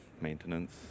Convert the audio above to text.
maintenance